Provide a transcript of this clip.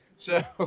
so ah